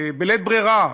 בלית ברירה,